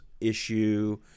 issue